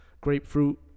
grapefruit